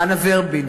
רנה ורבין,